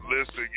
Listen